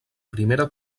primera